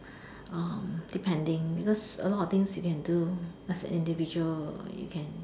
um depending because a lot of things you can do as an individual you can